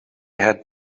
had